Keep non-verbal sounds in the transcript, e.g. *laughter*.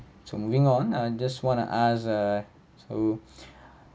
so moving on err just want to ask ah so *breath*